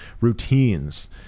routines